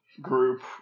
group